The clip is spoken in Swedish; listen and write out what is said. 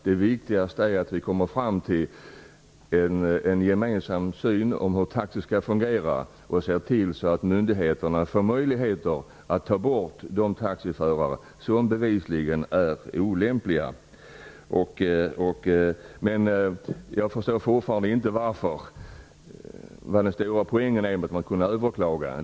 Det viktigaste är att vi kommer fram till en gemensam syn på hur taxi skall fungera och ser till att myndigheterna får möjligheter att ta bort de taxiförare som bevisligen är olämpliga. Jag förstår fortfarande inte den stora poängen med möjligheten att överklaga.